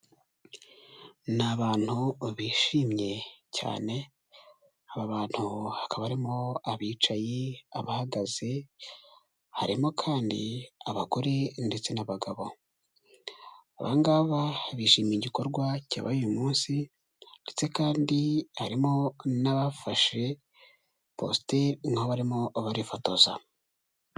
Ni abantu bishimye cyane, aba bantu hakaba harimo abicaye, abahagaze, harimo kandi abagore ndetse n'abagabo. Aba ngaba bishimiye igikorwa cyabaye uyu munsi ndetse kandi harimo n'abafashe posite nk'abarimo barifotoza.